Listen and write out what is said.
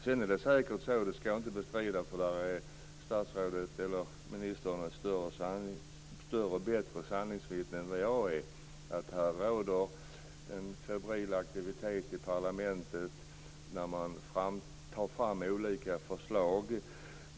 Sedan är det säkert så, det skall jag inte bestrida för där är utrikesministern ett bättre sanningsvittne än jag, att det råder en febril aktivitet i parlamentet när man tar fram olika förslag.